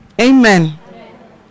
Amen